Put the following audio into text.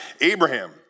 Abraham